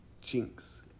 Jinx